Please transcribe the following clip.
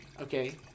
Okay